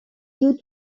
due